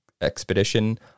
expedition